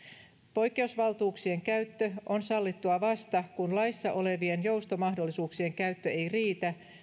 poikkeusvaltuuksien käyttö on sallittua vasta kun laissa olevien joustomahdollisuuksien käyttö ei riitä